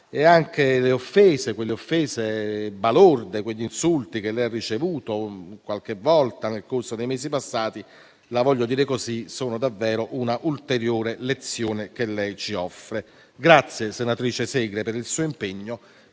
e anche le offese. Quelle offese balorde, quegli insulti che lei ha ricevuto nel corso dei mesi passati, voglio dire che sono davvero una ulteriore lezione che lei ci offre. Grazie, senatrice Segre, per il suo impegno.